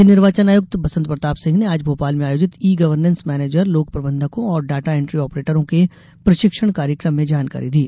राज्य निर्वाचन आयुक्त बसंत प्रताप सिंह ने आज भोपाल में आयोजित ई गवर्नेस मैनेजर लोक प्रबंधकों और डाटा एंट्री ऑपरेटरों के प्रशिक्षण कार्यक्रम में यह जानकारी दी